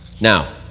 Now